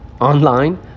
online